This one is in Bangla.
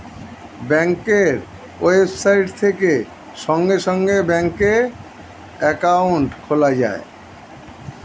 ব্যাঙ্কের ওয়েবসাইট থেকে সঙ্গে সঙ্গে ব্যাঙ্কে অ্যাকাউন্ট খোলা যায়